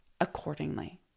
accordingly